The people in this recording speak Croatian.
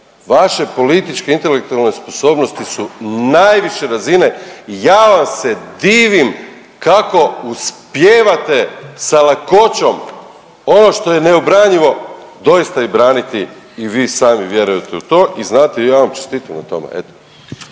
vaše političke i intelektualne sposobnosti su najviše razine, ja vam se divim kako uspijevate sa lakoćom ono što je neobranjivo doista i braniti i vi sami vjerujete u to i znate ja vam čestitam na tome,